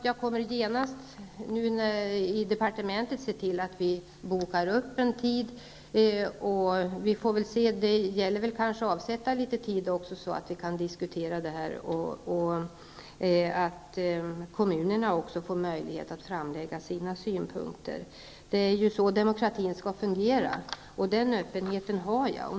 Jag kommer nu genast se till att vi i departementet bokar upp en tid. Kanske gäller det också att avsätta litet tid så att vi kan diskutera detta och att se till att även kommunerna får möjlighet att framlägga sina synpunkter. Det är ju så demokratin skall fungera. Den öppenheten har jag.